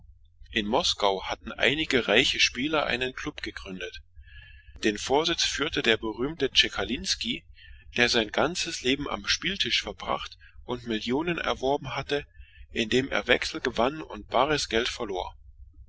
in moskau hatte sich eine gesellschaft reicher spieler konstituiert unter dem vorsitz des berühmten tschekalinski der sein ganzes leben hinter den karten zugebracht und einst millionen eingenommen hatte indem er wechsel gewann und bares geld verlor